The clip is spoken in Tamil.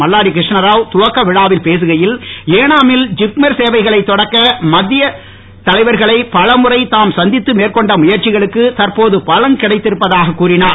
மல்லாடி கிருஷ்ணாராவ் துவக்க விழாவில் பேசுகையில் ஏனாமில் ஜிப்மர் சேவைகளை தொடக்க மத்திய தலைவர்களை பலமுறை தாம் சந்தித்து மேற்கொண்ட முயற்சிகளுக்கு தற்போது பலன் கிடைத்திருப்பதாக கூறினார்